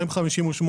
ו-253